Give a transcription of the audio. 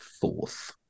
fourth